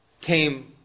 came